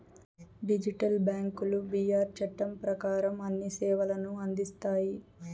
digital బ్యాంకులు బీఆర్ చట్టం ప్రకారం అన్ని సేవలను అందిస్తాయి